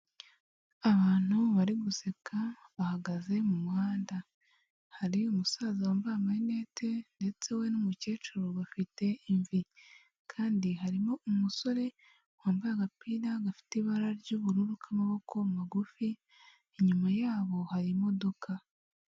Abantu bari guseka, bahagaze mu muhanda. Hari umusaza wambaye amarenete, ndetse we n'umukecuru bafite imvi. Kandi harimo umusore wambaye agapira gafite ibara ry'ubururu k'amaboko magufi, inyuma yabo hari imodoka.